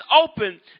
open